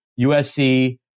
USC